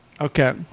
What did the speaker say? Okay